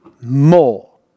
More